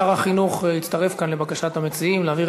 שר החינוך הצטרף כאן לבקשת המציעים להעביר